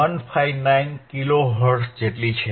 59 kilohertz છે